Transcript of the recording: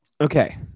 Okay